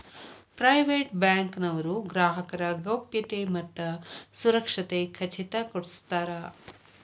private bank ನವರು ಗ್ರಾಹಕರ ಗೌಪ್ಯತೆ ಮತ್ತ ಸುರಕ್ಷತೆ ಖಚಿತ ಕೊಡ್ಸತಾರ